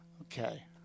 Okay